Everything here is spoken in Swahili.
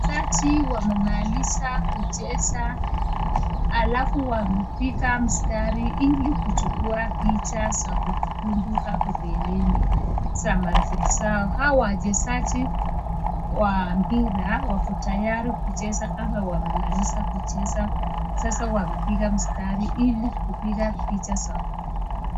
Wachezaji wamemaliza kucheza alafu wamepiga mstari ili kuchukua picha za kumbukumbu hapo mbeleni za marafiki zao au wachezaji wa mpira wako tayari kucheza ama wamemaliza kucheza sasa wamepiga mstari ili kupiga picha za kumbukumbu.